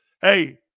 hey